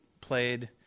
played